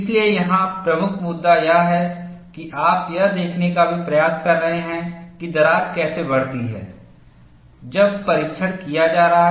इसलिए यहां प्रमुख मुद्दा यह है कि आप यह देखने का भी प्रयास कर रहे हैं कि दरार कैसे बढ़ती है जब परीक्षण किया जा रहा है